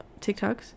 TikToks